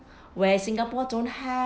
where singapore don't have